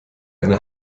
eine